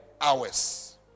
hours